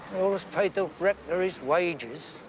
always paid the rector his wages.